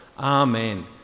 Amen